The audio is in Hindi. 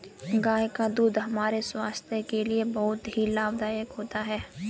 गाय का दूध हमारे स्वास्थ्य के लिए बहुत ही लाभदायक होता है